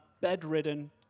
bedridden